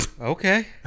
Okay